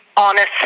honest